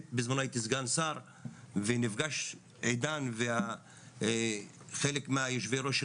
בזמנו הייתי סגן שר ונפגשתי עם עידן ועם חלק מיושבי הראש של